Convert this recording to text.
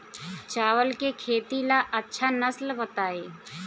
चावल के खेती ला अच्छा नस्ल बताई?